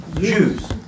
Jews